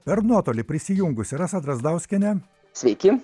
per nuotolį prisijungusi rasa drazdauskienė sveiki